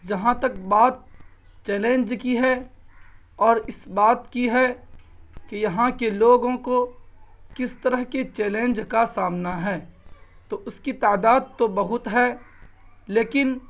جہاں تک بات چیلنج کی ہے اور اس بات کی ہے کہ یہاں کے لوگوں کو کس طرح کے چیلنج کا سامنا ہے تو اس کی تعداد تو بہت ہے لیکن